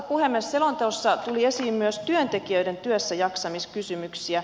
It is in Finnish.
selonteossa tuli esiin myös työntekijöiden työssäjaksamiskysymyksiä